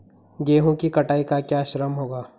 गेहूँ की कटाई का क्या श्रम होगा?